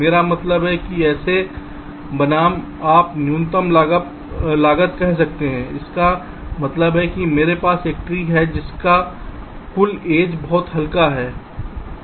मेरा मतलब है कि ऐसे बनाम आप न्यूनतम लागत कह सकते हैं जिसका मतलब है कि मेरे पास एक ट्री है जिसका कुल एज बहुत हल्का है